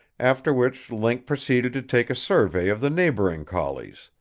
after which link proceeded to take a survey of the neighboring collies,